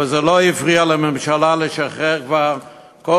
אבל זה לא הפריע לממשלה לשחרר כבר כל